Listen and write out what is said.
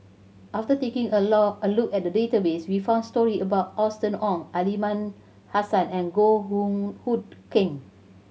after taking a look at database we found story about Austen Ong Aliman Hassan and Goh Hood Keng